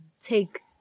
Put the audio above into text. take